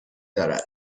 دارد